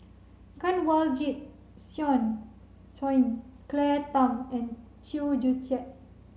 Kanwaljit Soin Soin Claire Tham and Chew Joo Chiat